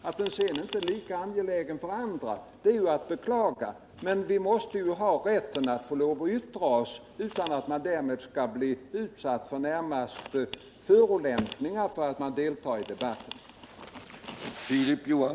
Att den inte är lika angelägen för andra är att beklaga. Men vi måste ha rätten att yttra oss utan att därför bli utsatta för förolämpningar för att vi deltar i debatten.